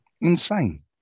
Insane